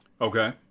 Okay